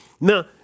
now